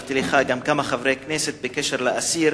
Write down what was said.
שלחתי לך עם כמה חברי כנסת בקשר לאסיר